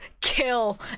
kill